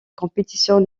compétitions